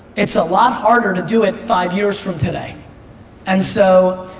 it's a lot harder to do it five years from today and so